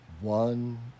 One